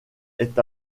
est